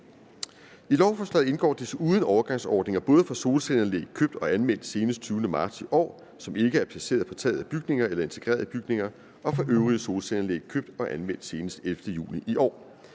I lovforslaget indgår desuden overgangsordninger, både for solcelleanlæg købt og anmeldt senest 20. marts i år, som ikke er placeret på taget af bygninger eller integreret i bygninger, og for øvrige solcelleanlæg købt og anmeldt senest 11. juni i år.